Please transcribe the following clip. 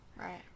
Right